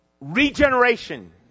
regeneration